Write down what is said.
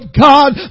God